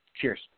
Cheers